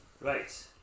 Right